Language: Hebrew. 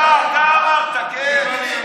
אתה, אתה אמרת, כן.